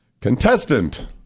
Contestant